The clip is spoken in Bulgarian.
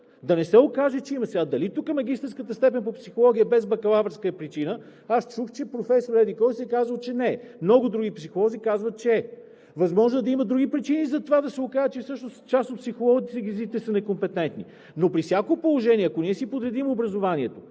Да не се окаже сега, че дали тук магистърската степен по психология, без бакалавърска степен, е причина. Аз чух, че професор еди-кой си казал, че не е. Много други психолози казват, че е. Възможно е да има други причини за това да се окаже, че всъщност част от психолозите са некомпетентни. Но при всяко положение, ако ние си подредим образованието